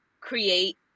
create